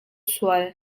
sual